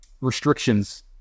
restrictions